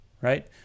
right